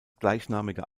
gleichnamige